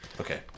Okay